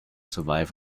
survive